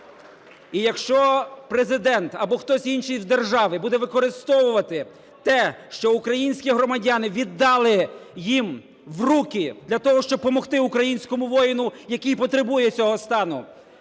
І якщо Президент або хтось інший в державі буде використовувати те, що українські громадяни віддали їм в руки для того, щоби помогти українському воїну, який потребує цього стану,